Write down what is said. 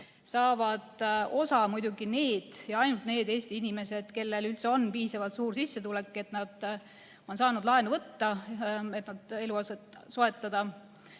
saavad osa muidugi need ja ainult need Eesti inimesed, kellel üldse on piisavalt suur sissetulek, et nad on saanud laenu võtta, et eluaset soetada,